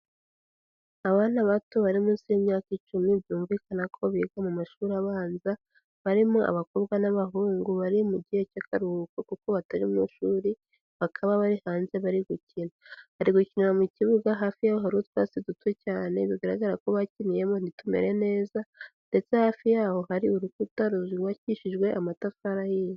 Abana bato bari munsi y'imyaka icumi byumvikana ko biga mu mashuri abanza, barimo abakobwa n'abahungu bari mu gihe cy'akaruhuko kuko batari mu ishuri bakaba bari hanze bari gukina. Bari gukinira mu kibuga hafi yaho hari utwatsi duto cyane bigaragara ko bakiniyemo ntitumere neza ndetse hafi yaho hari urukuta rw'ubakishijwe amatafari ahiye.